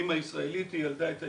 האימא ישראלית, היא ילדה את הילד,